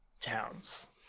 towns